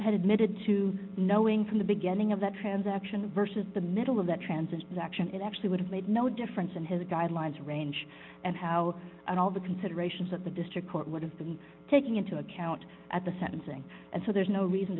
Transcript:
had admitted to knowing from the beginning of that transaction versus the middle of that transaction it actually would have made no difference in his guidelines range and how and all the considerations of the district court would have to be taking into account at the sentencing and so there's no reason